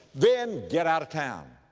then get out of town.